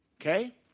Okay